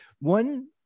one